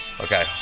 Okay